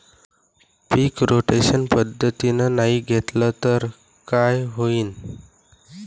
पीक rotation पद्धतीनं नाही घेतलं तर काय होईन?